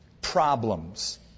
problems